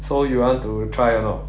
so you want to try or not